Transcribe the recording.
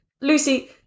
Lucy